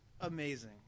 Amazing